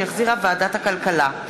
שהחזירה ועדת הכלכלה.